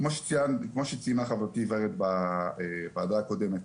כמו שציינה חברתי בוועדה הקודמת,